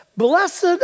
Blessed